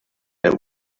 der